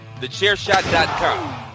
Thechairshot.com